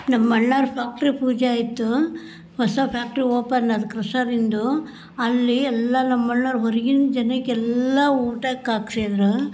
ನಮ್ಮ ಅಣ್ಣೋರ ಫ್ಯಾಕ್ಟ್ರಿ ಪೂಜೆ ಆಯಿತು ಹೊಸ ಫ್ಯಾಕ್ಟ್ರಿ ಓಪನ್ ಅದು ಕ್ರಷರಿಂದು ಅಲ್ಲಿ ಎಲ್ಲ ನಮ್ಮ ಅಣ್ಣೋರು ಹೊರ್ಗಿನ ಜನಕ್ಕೆಲ್ಲ ಊಟಕ್ಕೆ ಹಾಕ್ಸಿದ್ರು